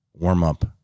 Warm-up